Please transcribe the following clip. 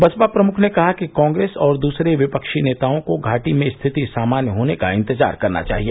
बसपा प्रमुख ने कहा कि कांग्रेस और दूसरे विपक्षी नेताओं को घाटी में स्थिति सामान्य होने का इंतजार करना चाहिए